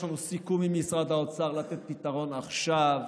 יש לנו סיכום עם משרד האוצר לתת פתרון עכשיו.